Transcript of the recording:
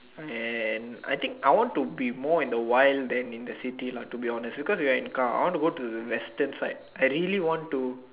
and I think I want to be more in the wild than in the city lah to be honest because we are in the car I want to go to the western side I really want to